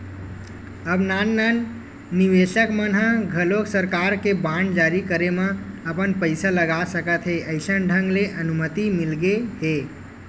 अब नान नान निवेसक मन ह घलोक सरकार के बांड जारी करे म अपन पइसा लगा सकत हे अइसन ढंग ले अनुमति मिलगे हे